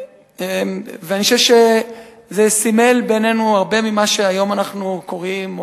אני חושב שזה סימל בינינו הרבה ממה שהיום אנחנו קוראים,